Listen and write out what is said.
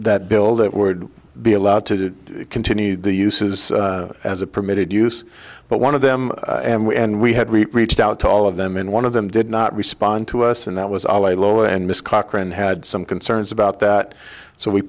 that bill that would be allowed to continue the uses as a permitted use but one of them and we and we had we reached out to all of them in one of them did not respond to us and that was all a low and miss cochran had some concerns about that so we